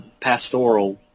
pastoral